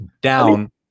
down